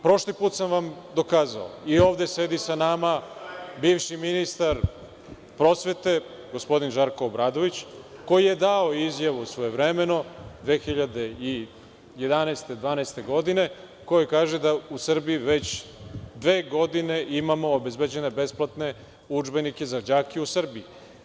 Prošli put sam vam dokazao i ovde sedi sa nama bivši ministar prosvete, gospodin Žarko Obradović, koji je dao izjavu svojevremeno 2011. godine, u kojoj kaže da u Srbiji već dve godine imamo obezbeđene besplatne udžbenike za đake u Srbiji.